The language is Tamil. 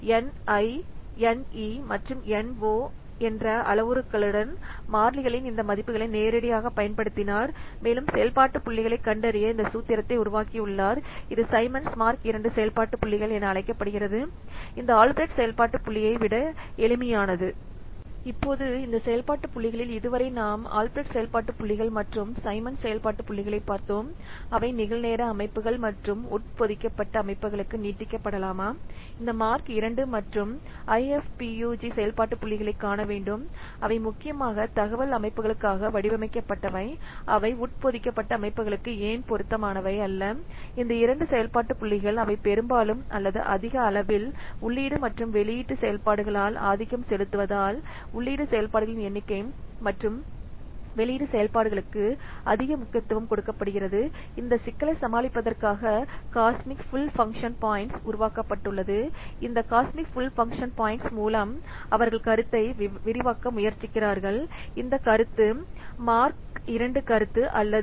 ni ne மற்றும் no என்ற அளவுருக்களுடன் மாறிலிகளின் இந்த மதிப்புகளை நேரடியாகப் பயன்படுத்தினார் மேலும் செயல்பாட்டு புள்ளிகளைக் கண்டறிய இந்த சூத்திரத்தை உருவாக்கியுள்ளார் இது சைமன்ஸ் மார்க் II செயல்பாட்டு புள்ளிகள் என அழைக்கப்படுகிறது இது ஆல்பிரெக்ட் செயல்பாட்டு புள்ளியை விட எளிமையானது